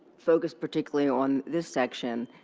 focus particularly on this section,